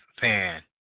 fan